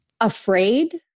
afraid